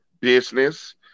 business